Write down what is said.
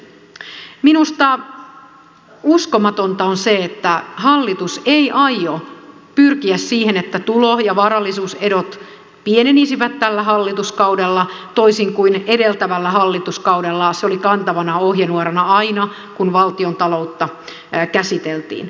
minusta uskomatonta on se että hallitus ei aio pyrkiä siihen että tulo ja varallisuuserot pienenisivät tällä hallituskaudella toisin kuin edeltävällä hallituskaudella se oli kantavana ohjenuorana aina kun valtiontaloutta käsiteltiin